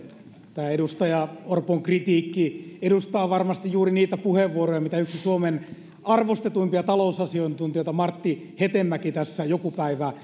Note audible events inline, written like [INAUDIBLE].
tämä edustaja orpon kritiikki edustaa varmasti juuri niitä puheenvuoroja mistä yksi suomen arvostetuimpia talousasiantuntijoita martti hetemäki tässä joku päivä [UNINTELLIGIBLE]